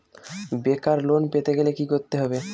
বেকার লোন পেতে গেলে কি করতে হবে?